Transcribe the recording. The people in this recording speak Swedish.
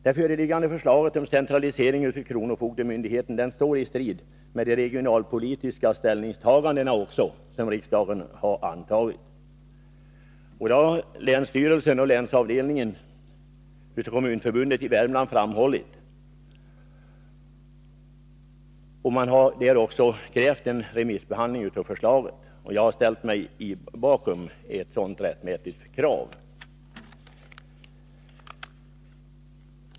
Det föreliggande förslaget om centralisering av kronofogdemyndigheten står i strid med de regionalpolitiska ställningstaganden som riksdagen gjort. Detta har länsstyrelsen och länsavdelningen av Kommunförbundet i Värmland framhållit och krävt en remissbehandling av förslaget. Jag har ställt mig bakom ett sådant rättmätigt krav.